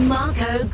Marco